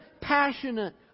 passionate